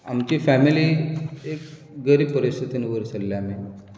आमची फेमिली एक गरीब परिस्थितीन वयर सरल्या आमी